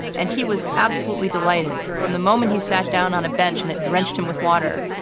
and he was absolutely delighted from the moment he sat down on a bench and it drenched him with water,